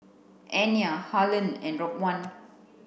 Anya Harland and Raekwon